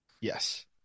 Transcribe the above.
Yes